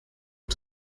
und